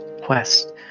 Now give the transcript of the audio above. quest